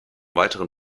weiteren